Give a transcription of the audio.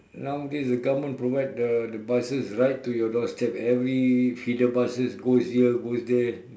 nowadays the government provide the the buses right to your doorstop every feeder buses goes here goes there